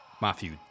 Matthew